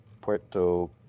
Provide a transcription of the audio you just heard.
Puerto